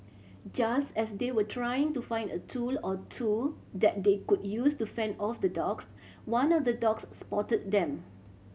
just as they were trying to find a tool or two that they could use to fend off the dogs one of the dogs spotted them